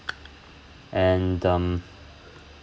and um